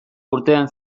urtean